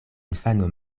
infano